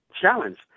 challenge